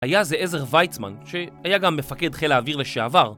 היה זה עזר וייצמן, שהיה גם מפקד חיל האוויר לשעבר